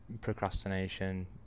procrastination